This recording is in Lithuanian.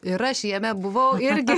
ir aš jame buvau irgi